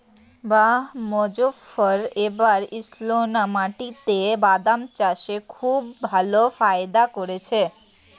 বাঃ মোজফ্ফর এবার ঈষৎলোনা মাটিতে বাদাম চাষে খুব ভালো ফায়দা করেছে